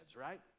right